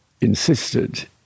insisted